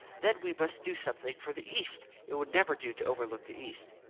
then we must do something for the east. it would never do to overlook the east.